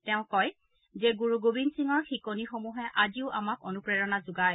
তেওঁ কয় যে গুৰু গোবিন্দ সিঙৰ শিকনিসমূহে আজিও আমাক অনুপ্ৰেৰণা যোগায়